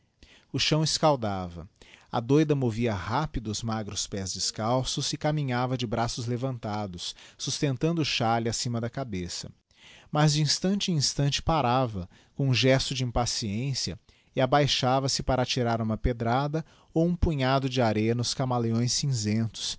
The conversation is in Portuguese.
o chão escaldava a douda movia rápido os magros pés descalços e caminhava de braços levantados sustentando o chalé acima da cabeça mas de instante em instante parava com um gesto de impaciência e abaixava se para atirar uma pedrada ou um punhado de areia nos cameleões cinzentos